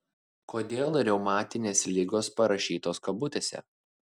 kodėl reumatinės ligos parašytos kabutėse